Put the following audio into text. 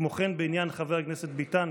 כמו כן בעניין חבר הכנסת ביטן,